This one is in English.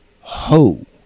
ho